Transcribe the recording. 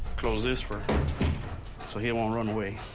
close this first so he won't run away.